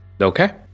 Okay